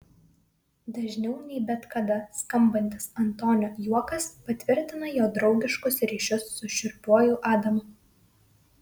dažniau nei bet kada skambantis antonio juokas patvirtina jo draugiškus ryšius su šiurpiuoju adamu